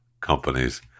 companies